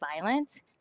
violence